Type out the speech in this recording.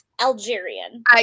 Algerian